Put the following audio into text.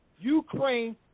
Ukraine